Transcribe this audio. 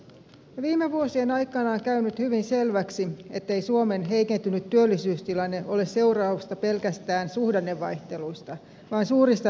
viime vuosien aikana on käynyt hyvin selväksi ettei suomen heikentynyt työllisyystilanne ole seurausta pelkästään suhdannevaihteluista vaan suurista rakenteellisista muutoksista